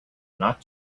not